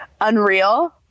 unreal